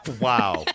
Wow